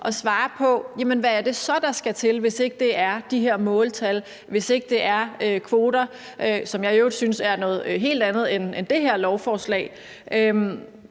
at svare på, hvad det så er, der skal til, hvis ikke det er de her måltal, hvis ikke det er kvoter, som jeg i øvrigt synes er noget helt andet end det, der er